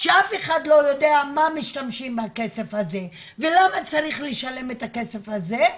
שאף אחד לא יודע למה משתמשים בכסף הזה ולמה צריך לשלם את הכסף הזה.